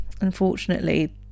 unfortunately